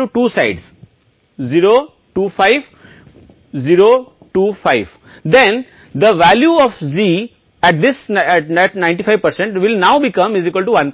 और हम कहते हैं कि कार अच्छी है लेकिन मान लीजिए कि आप खारिज कर दिए गए नमूने को मिला है इसे यह कहते हुए